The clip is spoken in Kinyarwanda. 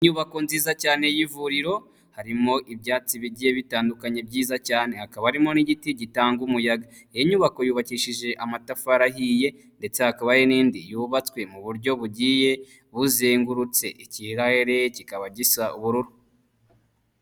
Inyubako nziza cyane y'ivuriro harimo ibyatsi bigiye bitandukanye byiza cyane, hakaba harimo n'igiti gitanga umuyaga. Iyi nyubako yubakishije amatafari ahiye ndetse hakaba hari n'indi yubatswe mu buryo bugiye buzengurutse, ikirere kikaba gisa ubururu.